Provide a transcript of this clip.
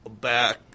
back